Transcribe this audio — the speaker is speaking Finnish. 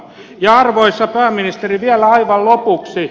ja arvoisa pääministeri vielä aivan lopuksi